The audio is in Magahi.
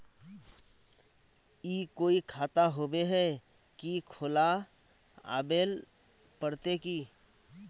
ई कोई खाता होबे है की खुला आबेल पड़ते की?